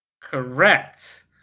Correct